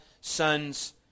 sons